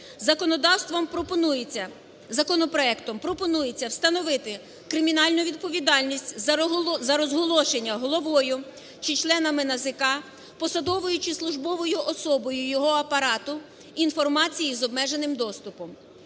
законопроектом пропонується встановити кримінальну відповідальність за розголошення головою чи членами НАЗК, посадовою чи службовою особою його апарату інформації з обмеженим доступом.